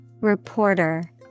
Reporter